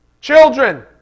Children